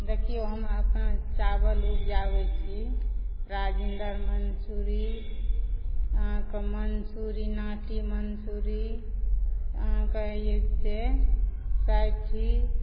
देखिऔ हम अपना चावल उपजाबैत छी राजिन्दर मन्सूरी अहाँक मन्सूरी नाटी मन्सूरी अहाँक ई से सैठि